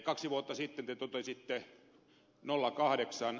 kaksi vuotta sitten te totesitte